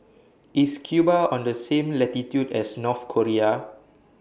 IS Cuba on The same latitude as North Korea